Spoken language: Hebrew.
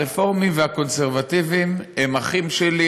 הרפורמים והקונסרבטיבים הם אחים שלי,